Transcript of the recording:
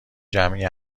جمعی